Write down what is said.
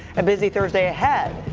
a busy thursday ahead.